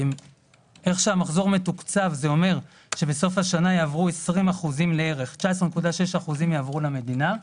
האופן שהמחזור מתוקצב אומר שבסוף השנה יעברו 19.6% למדינה.